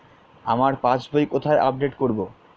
আমার passbook কোথায় update করব?